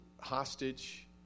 hostage